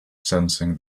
sensing